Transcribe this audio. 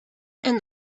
and